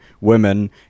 women